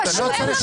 זאת פשוט רמאות.